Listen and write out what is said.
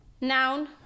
noun